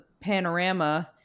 panorama